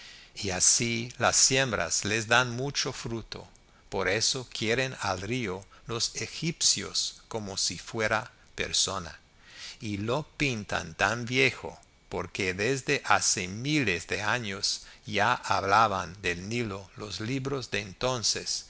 y así las siembras les dan mucho fruto por eso quieren al río los egipcios como si fuera persona y lo pintan tan viejo porque desde hace miles de años ya hablaban del nilo los libros de entonces